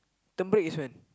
term break is when